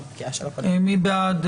נערוך